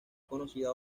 conocida